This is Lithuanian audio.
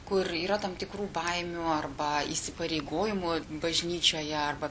kur yra tam tikrų baimių arba įsipareigojimų bažnyčioje arba